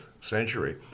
century